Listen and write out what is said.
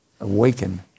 awaken